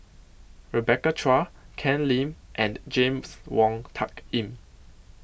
Rebecca Chua Ken Lim and James Wong Tuck Yim